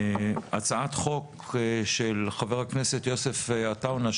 הצעת חוק של חבר הכנסת יוסף עטאונה,